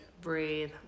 Breathe